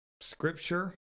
Scripture